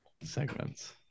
segments